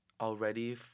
already